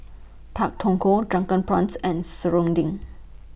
Pak Thong Ko Drunken Prawns and Serunding